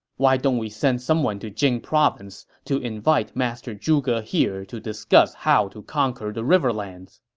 why don't we send someone to jing province to invite master zhuge here to discuss how to conquer the riverlands.